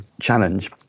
challenge